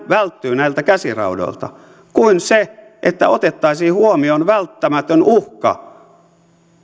välttyy näiltä käsiraudoilta kuin se että otettaisiin huomioon välitön uhka